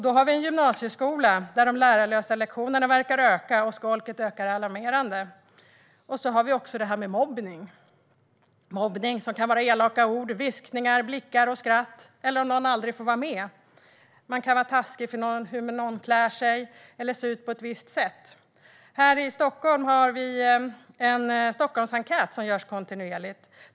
Då finns en gymnasieskola där de lärarlösa lektionerna verkar öka, och skolket ökar alarmerande. Sedan finns mobbningen. Det kan vara fråga om elaka ord, viskningar, blickar och skratt eller att någon aldrig får vara med. Någon kan vara taskig mot en annan om hur denne klär sig eller ser ut på ett visst sätt. I Stockholm genomförs en Stockholmsenkät kontinuerligt.